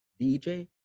DJ